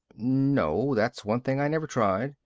no, that's one thing i never tried.